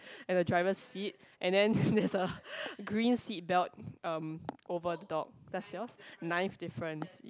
at the driver seat and then there's a green seatbelt um over dog that's yours nine difference